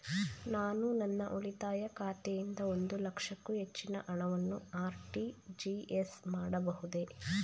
ನಾನು ನನ್ನ ಉಳಿತಾಯ ಖಾತೆಯಿಂದ ಒಂದು ಲಕ್ಷಕ್ಕೂ ಹೆಚ್ಚಿನ ಹಣವನ್ನು ಆರ್.ಟಿ.ಜಿ.ಎಸ್ ಮಾಡಬಹುದೇ?